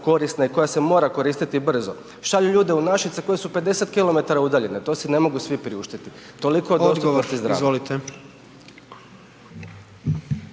korisna i koja se mora koristiti brzo, šalju ljude u Našice koje su 50 km udaljene, to si ne mogu svi priuštiti, toliko o …/Upadica: Odgovor